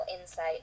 insight